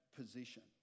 position